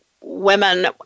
women